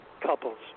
couples